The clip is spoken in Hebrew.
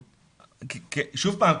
שוב פעם,